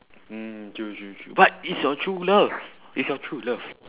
mm true true true but is your true love is your true love